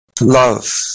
love